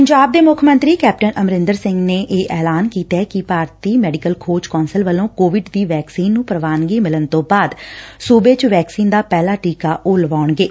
ਪੰਜਾਬ ਦੇ ਮੁੱਖ ਮੰਤਰੀ ਕੈਪਟਨ ਅਮਰੰਦਰ ਸਿੰਘ ਨੇ ਇਹ ਐਲਾਨ ਕੀਤੈ ਕਿ ਭਾਰਤੀ ਮੈਡੀਕਲ ਖੋਜ ਕੌਂਸਲ ਵੱਲੋਂ ਕੋਵਿਡ ਦੀ ਵੈਕਸੀਨ ਨੂੰ ਪ੍ਰਵਾਨਗੀ ਮਿਲਣ ਤੋਂ ਬਾਅਦ ਸੂਬੇ ਚ ਵੈਕਸੀਨ ਦਾ ਪਹਿਲਾ ਟੀਕਾ ਉਹ ਲਵਾਉਣਗੇ